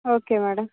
okay madam